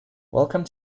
welcome